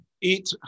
eat